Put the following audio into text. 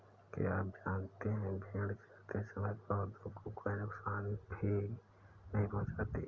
क्या आप जानते है भेड़ चरते समय पौधों को कोई नुकसान भी नहीं पहुँचाती